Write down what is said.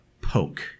poke